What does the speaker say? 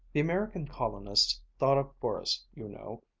the american colonists thought of forests, you know,